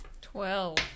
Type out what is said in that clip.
twelve